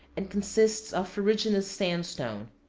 and consists of ferruginous sandstone.